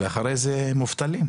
ואחרי זה מובטלים.